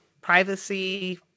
privacy